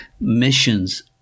missions